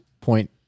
point